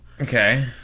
Okay